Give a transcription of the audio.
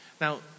Now